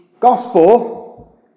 gospel